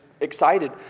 excited